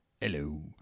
Hello